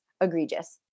egregious